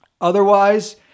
Otherwise